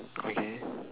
okay